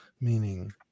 meaning